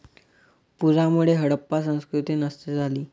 पुरामुळे हडप्पा संस्कृती नष्ट झाली